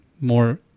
more